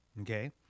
Okay